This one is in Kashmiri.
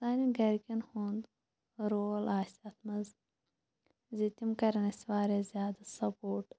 سانٮ۪ن گَرِکٮ۪ن ہُنٛد رول آسہِ تَتھ منٛز زِ تِم کَرَن اَسہِ واریاہ زیادٕ سپوٹ